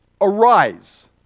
arise